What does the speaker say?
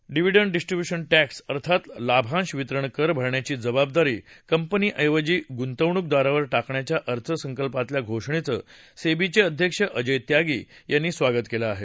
dividend distribution tax अर्थात लाभांश वितरण कर भरण्याची जबाबदारी कंपनीऐवजी गुंतवणूकदारावर टाकण्याच्या अर्थसंकल्पातल्या घोषणेचं सेबीचे अध्यक्ष अजय त्यागी यांनी स्वागत केलं आहे